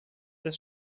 des